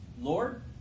Lord